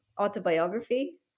autobiography